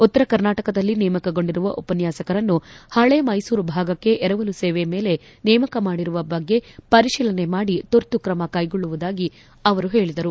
ಉತ್ತರ ಕರ್ನಾಟಕದಲ್ಲಿ ನೇಮಕಗೊಂಡಿರುವ ಉಪನ್ಯಾಸಕರನ್ನು ಹಳೇ ಮೈಸೂರು ಭಾಗಕ್ಕೆ ಎರವಲು ಸೇವೆ ಮೇಲೆ ನೇಮಕ ಮಾಡಿರುವ ಬಗ್ಗೆ ಪರಿಶೀಲನೆ ಮಾಡಿ ತುರ್ತು ಕ್ರಮ ಕೈಗೊಳ್ಳುವುದಾಗಿ ಅವರು ಹೇಳಿದರು